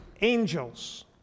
angels